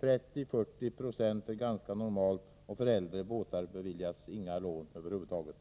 30-40 26 är ganska normalt, och för äldre båtar beviljas inga lån över huvud taget.